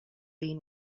been